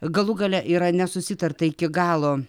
galų gale yra nesusitarta iki galo